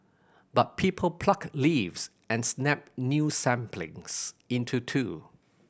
but people pluck leaves and snap new saplings into two